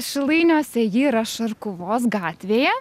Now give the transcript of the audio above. šilainiuose ji yra šarkuvos gatvėje